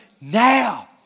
Now